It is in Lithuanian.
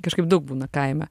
kažkaip daug būna kaime